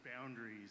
boundaries